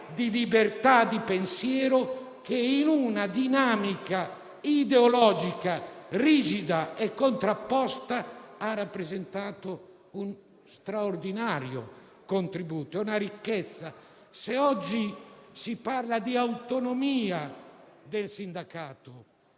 di libertà di pensiero che, in una dinamica ideologica rigida e contrapposta, ha rappresentato uno straordinario contributo, una ricchezza. Se oggi si parla di autonomia del sindacato